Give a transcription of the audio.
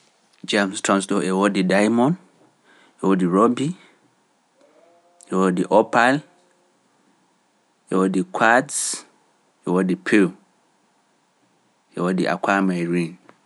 E wodi diamond, wodi quartz, wodi pearls, wodi silver, wodi luttudi